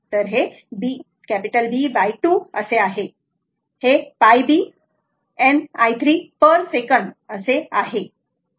तर हे π b n i 3 पर सेकंद आहे